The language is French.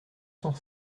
cent